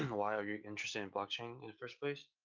why are you interested in blockchain in the first place?